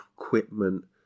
equipment